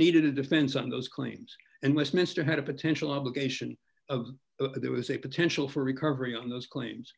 needed a defense on those claims and which mr had a potential obligation there was a potential for recovery on those claims